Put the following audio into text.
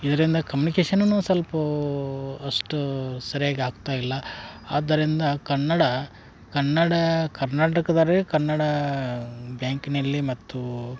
ಇದರಿಂದ ಕಮ್ಯುನಿಕೇಷನುನು ಸ್ವಲ್ಪ ಅಷ್ಟು ಸರಿಯಾಗಿ ಆಗ್ತಾಯಿಲ್ಲ ಆದ್ದರಿಂದ ಕನ್ನಡ ಕನ್ನಡ ಕರ್ನಾಟಕದರೆ ಕನ್ನಡ ಬ್ಯಾಂಕ್ನಲ್ಲಿ ಮತ್ತು